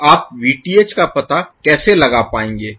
तो आप Vth का पता कैसे लगा पाएंगे